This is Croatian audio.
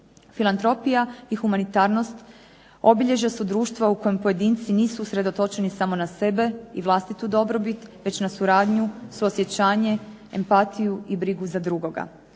Filantropija i humanitarnost obilježja su društva u kojem pojedinci nisu usredotočeni samo na sebe i vlastitu dobrobit već na suradnju, suosjećanje, empatiju i brigu za drugoga.